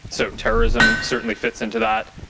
so terrorism certainly fits into that.